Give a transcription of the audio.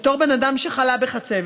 בתור בן אדם שחלה בחצבת,